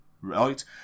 Right